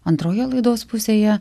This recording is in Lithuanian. antroje laidos pusėje